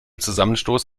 zusammenstoß